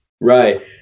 Right